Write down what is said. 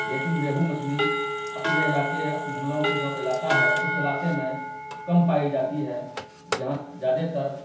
لیکن ریہو مچھلی اپنے علاقے ہم لوگوں کے جو علاقہ ہے اس علاقے میں کم پائی جاتی ہے یہاں زیادہ تر